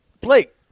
Blake